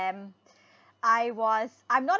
am I was I'm not